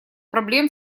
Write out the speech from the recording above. проблем